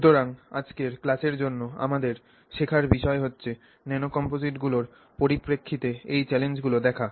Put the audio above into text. সুতরাং আজকের ক্লাসের জন্য আমাদের শেখার বিষয় হচ্ছে ন্যানোকমপোজিটগুলির পরিপ্রেক্ষিতে এই চ্যালেঞ্জগুলি দেখা